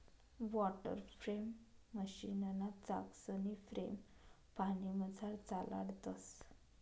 water frame मशीनना चाकसनी frame पानीमझार चालाडतंस